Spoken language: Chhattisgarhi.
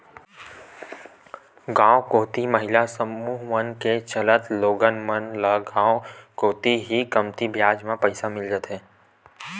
गांव कोती महिला समूह मन के चलत लोगन मन ल गांव कोती ही कमती बियाज म पइसा मिल जाथे